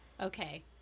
Okay